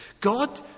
God